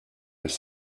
was